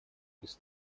без